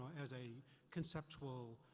as a conceptual